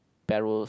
barrels